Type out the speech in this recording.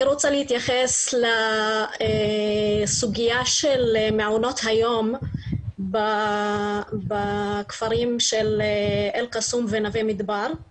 אני רוצה להתייחס לסוגיה של מעונות היום בכפרים של אל-קסום ונווה-מדבר.